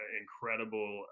incredible